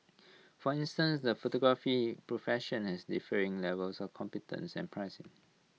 for instance the photography profession has differing levels of competence and pricing